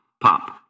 pop